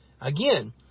Again